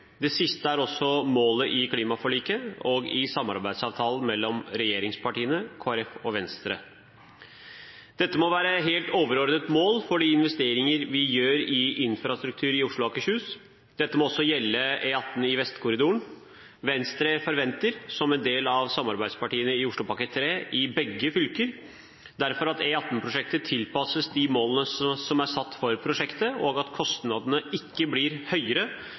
Det siste er også målet i klimaforliket og i samarbeidsavtalen mellom regjeringspartiene, Kristelig Folkeparti og Venstre. Dette må være et helt overordnet mål for de investeringer vi gjør i infrastruktur i Oslo og Akershus, og dette må også gjelde E18 Vestkorridoren. Venstre forventer, som et av samarbeidspartiene i Oslopakke 3, derfor at E18-prosjektet i begge fylker tilpasses de målene som er satt for prosjektet, og at kostnadene ikke blir høyere